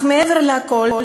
אבל מעבר לכול,